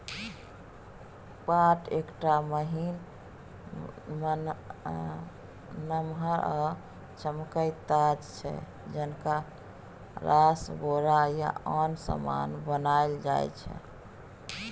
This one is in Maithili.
पाट एकटा महीन, नमहर आ चमकैत ताग छै जकरासँ बोरा या आन समान बनाएल जाइ छै